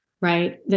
right